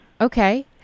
Okay